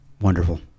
Wonderful